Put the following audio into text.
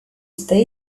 stage